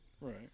Right